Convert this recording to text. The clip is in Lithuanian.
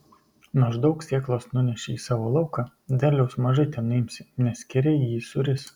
nors daug sėklos nuneši į savo lauką derliaus mažai tenuimsi nes skėriai jį suris